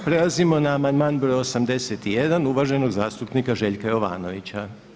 Prelazimo na amandman broj 81 uvaženog zastupnika Željka Jovanovića.